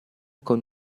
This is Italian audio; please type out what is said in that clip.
con